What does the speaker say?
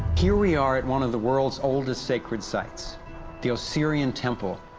here we are at one of the world's oldest sacred sites the osirian temple,